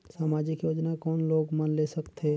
समाजिक योजना कोन लोग मन ले सकथे?